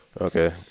Okay